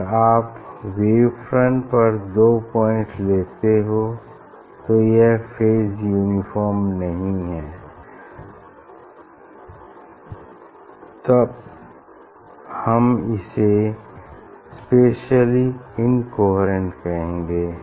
अगर आप wave front पर दो पॉइंट्स लेते हो तो यह फेज यूनिफार्म नहीं है तब हम इसे स्पेसिअली इनकोहेरेंट कहेंगे